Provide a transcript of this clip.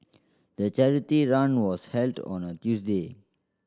the charity run was held on a Tuesday